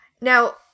now